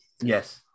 yes